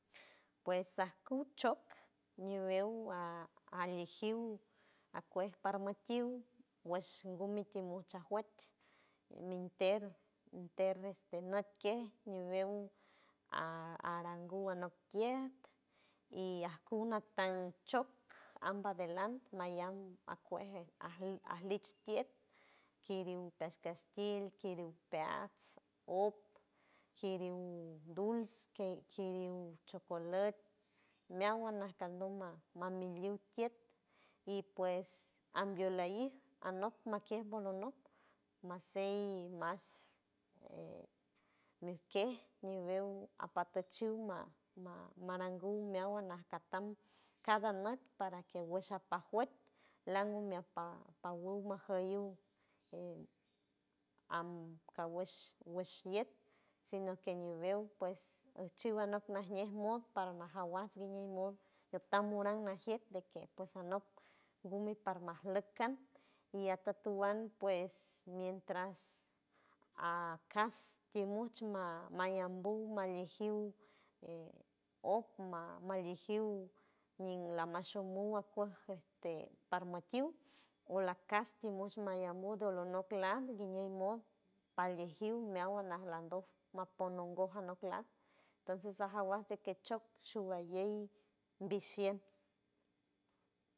Pues ajku chok ñiwew a alijiw akuej parma tiw wesh gumi timosh a juet ninter ninter este nüt kej ñiwew a aranguw anok tiejt y ajkuw natan chok amba delan mallam akuej ajli ajlich tiet kiriw peas castil, kiriw peats, op kiriw duls, kiriw chocolet meawan najkaluma mameliw tiet y pues ambiolallíj anok makiej bolonok masey mas eh nijkej ñiwew apatachiw ma- maranguw meawan ajtatam cada nüt para que wesh apajuet lean gumi ajpa pawuw majalliw am kawesh wesh iet sino que ñiwew pues ajchiw anok najñe mod parmajawas guiñeñ mod ñutan muran najiet de que pues anok gumi parmajleck an y atatuan pues mientras a cas timuch ma- mallambuw malmijiw eh op ma- malijiw ñin lamashomuw akuej este parmatiw o la cas timush malla modo lonok lad guiñey mod palijiw meawan najlandock mapoj nongoj anok lad tonces sajawas de que chok showalley visien.